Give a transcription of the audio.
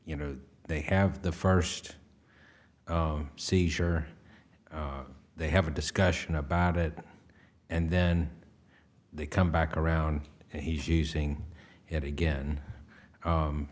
you know they have the first seizure they have a discussion about it and then they come back around and he's using it again